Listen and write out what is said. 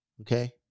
Okay